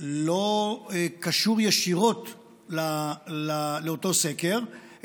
לא קשור ישירות לאותו סקר,